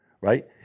right